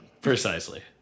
Precisely